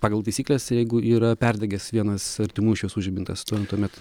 pagal taisykles jeigu yra perdegęs vienas artimų šviesų žibintas tuomet